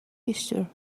easter